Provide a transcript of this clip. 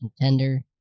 contender